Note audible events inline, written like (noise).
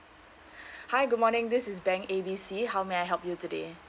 (breath) hi good morning this is bank A B C how may I help you today